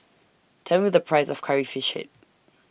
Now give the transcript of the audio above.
Tell Me The Price of Curry Fish Head